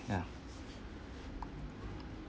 ya